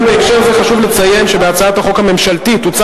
בהקשר זה חשוב לציין שבהצעת החוק הממשלתית הוצע